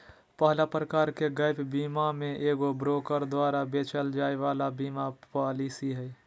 पहला प्रकार के गैप बीमा मे एगो ब्रोकर द्वारा बेचल जाय वाला बीमा पालिसी हय